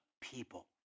people